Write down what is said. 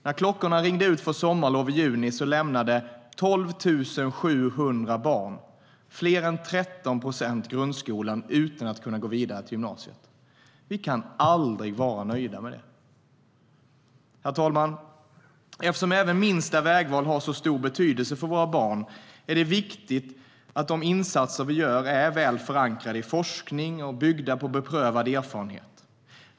När klockorna ringde ut för sommarlov i juni i år lämnade 12 700 barn, mer än 13 procent, grundskolan utan att kunna gå vidare till gymnasiet. Vi kan aldrig vara nöjda med det. Herr talman! Eftersom även minsta vägval har stor betydelse för våra barn är det viktigt att de insatser vi gör är väl förankrade i forskning och byggda på beprövad erfarenhet.